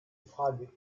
frage